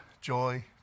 joy